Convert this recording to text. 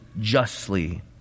justly